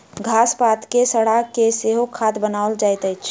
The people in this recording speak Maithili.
घास पात के सड़ा के सेहो खाद बनाओल जाइत अछि